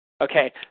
Okay